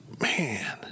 man